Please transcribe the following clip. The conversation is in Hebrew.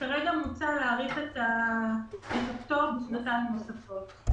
כרגע מוצע להאריך את הפטור בשנתיים נוספות.